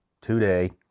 today